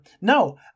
No